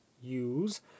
use